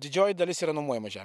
didžioji dalis yra nuomojama žemė